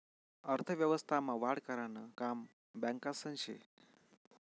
अर्थव्यवस्था मा वाढ करानं काम बॅकासनं से